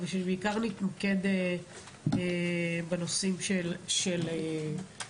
אבל אני רוצה שנתמקד בעיקר בנושאים של העיר